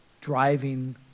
driving